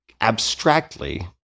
abstractly